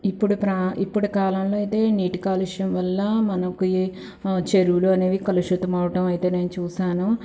ఇప్పుడు ప్రా ఇప్పుడు కాలంలో అయితే నీటి కాలుష్యం వల్ల మనకి చెరువులు అనేవి కలుషితం అవటమనేది అయితే నేను చూసాను